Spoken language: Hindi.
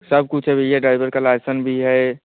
सब कुछ है भईया ड्राइवर का लाइसन भी है